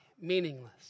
meaningless